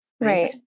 Right